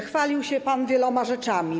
Chwalił się pan wieloma rzeczami.